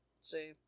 See